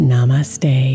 Namaste